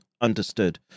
understood